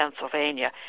pennsylvania